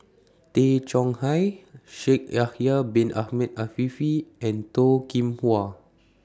Tay Chong Hai Shaikh Yahya Bin Ahmed Afifi and Toh Kim Hwa